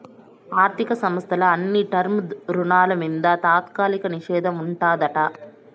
ఆర్థిక సంస్థల అన్ని టర్మ్ రుణాల మింద తాత్కాలిక నిషేధం ఉండాదట